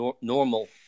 normal